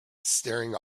staring